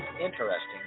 interesting